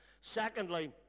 Secondly